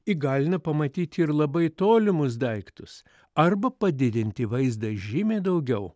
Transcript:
įgalina pamatyti ir labai tolimus daiktus arba padidinti vaizdą žymiai daugiau